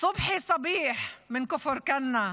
סובחי סביח מכפר כנא,